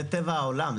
זה טבע העולם.